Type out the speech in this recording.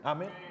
Amen